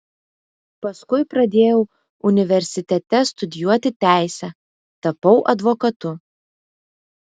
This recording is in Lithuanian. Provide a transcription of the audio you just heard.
paskui pradėjau universitete studijuoti teisę tapau advokatu